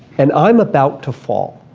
and i'm about to fall,